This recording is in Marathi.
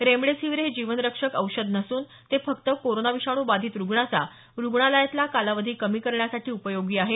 रेमडिसीवीर हे जीवनरक्षक औषध नसून ते फक्त कोरोना विषाणू बाधित रुग्णाचा रुग्णालयातला कालावधी कमी करण्यासाठी उपयोगी आहे